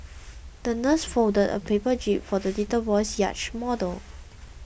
the nurse folded a paper jib for the little boy's yacht model